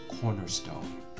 cornerstone